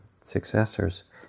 successors